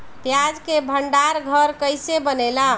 प्याज के भंडार घर कईसे बनेला?